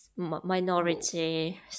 Minority